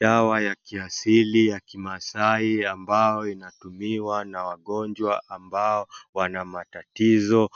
Dawa ya kiasili ya kimasai ambayo inatumiwa na wagonjwa ambao wana matatizo